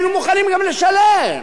היינו מוכנים גם לשלם.